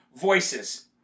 voices